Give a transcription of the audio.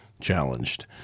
challenged